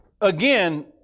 again